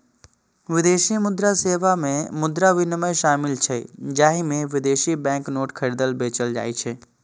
विदेशी मुद्रा सेवा मे मुद्रा विनिमय शामिल छै, जाहि मे विदेशी बैंक नोट खरीदल, बेचल जाइ छै